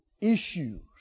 issues